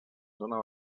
zona